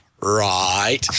right